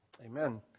amen